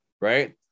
right